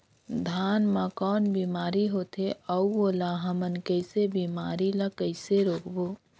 धान मा कौन बीमारी होथे अउ ओला हमन कइसे बीमारी ला कइसे रोकबो?